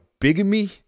bigamy